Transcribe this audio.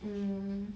mm